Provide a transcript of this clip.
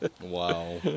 Wow